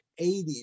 80s